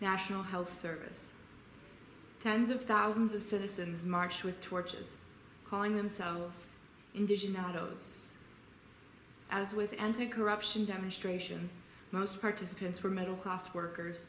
national health service tens of thousands of citizens marched with torches calling themselves indigenous and those as with anti corruption demonstrations most participants were middle class workers